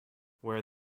where